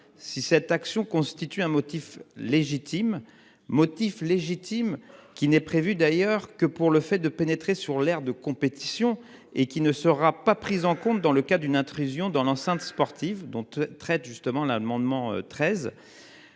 si cette action constitue un motif légitime motif légitime qui n'est prévue d'ailleurs que pour le fait de pénétrer sur l'aire de compétition et qui ne sera pas prise en compte dans le cas d'une intrusion dans l'enceinte sportive dont tu traite justement l'amendement 13.